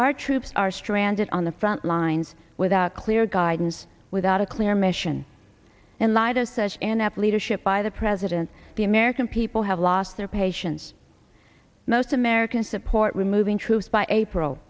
our troops are stranded on the front lines without clear guidance without a clear mission in light of such an app leadership by the president the american people have lost their patients most american support removing troops by april